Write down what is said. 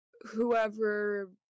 whoever